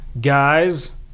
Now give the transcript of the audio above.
guys